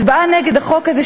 הצבעה נגד החוק הזה,